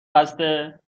بسته